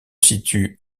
situe